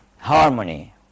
harmony